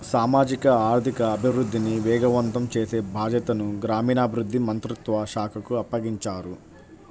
సామాజిక ఆర్థిక అభివృద్ధిని వేగవంతం చేసే బాధ్యతను గ్రామీణాభివృద్ధి మంత్రిత్వ శాఖకు అప్పగించారు